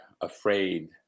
afraid